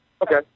Okay